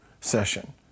session